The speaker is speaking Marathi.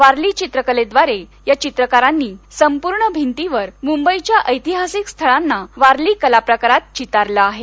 वारली चित्रकलेद्वारे या चित्रकारांनी संपूर्ण भिंतीवर मुंबईच्या ऐतिहासिक स्थळांना वारली कलाप्रकारात चितारलं आहे